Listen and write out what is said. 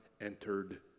entered